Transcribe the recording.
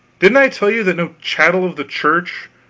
didn't i tell you that no chattel of the church,